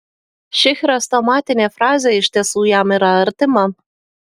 ši chrestomatinė frazė iš tiesų jam yra artima